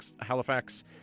Halifax